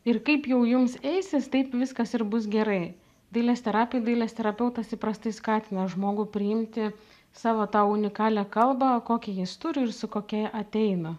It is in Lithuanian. ir kaip jau jums eisis taip viskas ir bus gerai dailės terapija dailės terapeutas įprastai skatina žmogų priimti savo tą unikalią kalbą kokią jis turi ir su kokia ateina